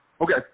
Okay